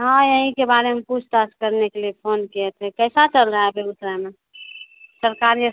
हाँ यहीं के बारे में पूछताछ करने के लिए फोन किए थे कैसा चल रहा है बेगूसराय में सरकारी अस्प